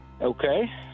Okay